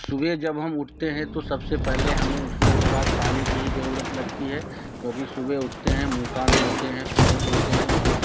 सुबह जब हम उठते हैं तो सबसे पहले हमें उठने के बाद पानी की ही ज़रूरत लगती है क्योंकि सुबह उठते हैं मुँह कान धोते हैं फ़्रेस होते हैं फिर